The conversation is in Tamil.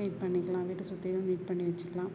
நீட் பண்ணிக்கலாம் வீட்டில சுற்றிலும் நீட் பண்ணி வச்சிக்கலாம்